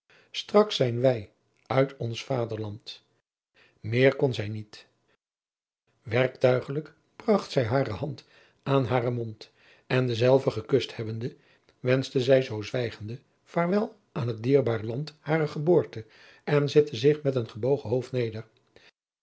straks zijn wij uit ons vaderland meer kon zij niet erktuigelijk bragt zij hare hand aan haren mond en dezelve gekust hebbende driaan oosjes zn et leven van aurits ijnslager wenschte zij zoo zwijgende vaarwel aan het dierbaar land harer geboorte en zette zich met een gebogen hoofd neder